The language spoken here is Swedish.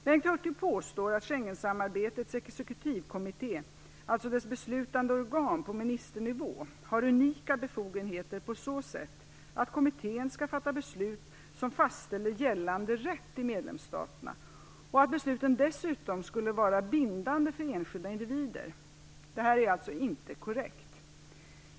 Bengt Hurtig påstår att Schengensamarbetets exekutivkommitté, alltså dess beslutande organ på ministernivå, har unika befogenheter på så sätt att kommittén skulle fatta beslut som fastställer gällande rätt i medlemsstaterna och att besluten dessutom skulle vara bindande för enskilda individer. Detta är alltså inte korrekt.